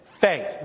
faith